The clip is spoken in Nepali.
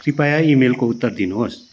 कृपया इमेलको उत्तर दिनुहोस्